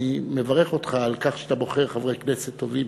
אני מברך אותך על כך שאתה בוחר חברי כנסת טובים.